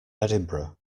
edinburgh